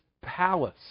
palace